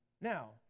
Now